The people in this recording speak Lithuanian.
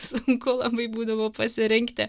sunku labai būdavo pasirinkti